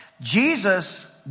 Jesus